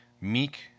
meek